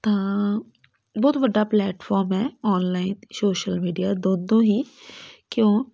ਤਾਂ ਬਹੁਤ ਵੱਡਾ ਪਲੈਟਫਾਰਮ ਹੈ ਔਨਲਾਈਨ ਸ਼ੋਸ਼ਲ ਮੀਡੀਆ ਦੋਨੋਂ ਹੀ ਕਿਉਂ